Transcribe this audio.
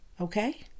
Okay